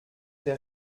der